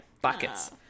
Buckets